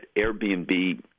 Airbnb